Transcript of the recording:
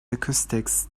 acoustics